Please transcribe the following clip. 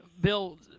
Bill